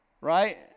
right